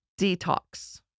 detox